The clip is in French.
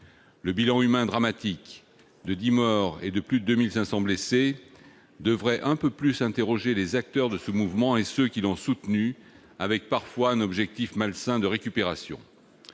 Le bilan humain dramatique- 10 morts et plus de 2 500 blessés -devrait un peu plus interroger les acteurs de ce mouvement et ceux qui l'ont soutenu avec parfois un objectif malsain de récupération.